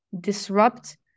disrupt